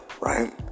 right